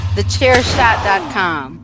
TheChairShot.com